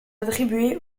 attribuées